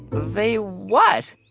they what?